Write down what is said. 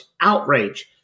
outrage